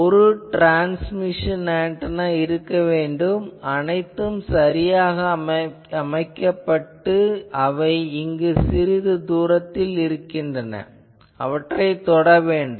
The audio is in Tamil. ஒரு ட்ரான்ஸ்மிஷன் ஆன்டெனா இருக்க வேண்டும் அனைத்தும் சரியாக அமைக்கப்பட்டு அவை இங்கு சிறிது தூரத்தில் இருக்கின்றன அவற்றைத் தொட வேண்டாம்